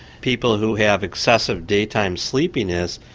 people who have excessive daytime sleepiness,